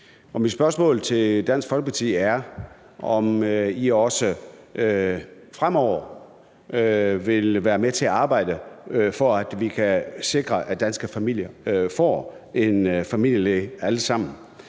mit spørgsmål til Dansk Folkeparti er, om I også fremover vil være med til at arbejde for, at vi kan sikre, at alle danske familier får en familielæge. Her